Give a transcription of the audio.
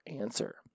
answer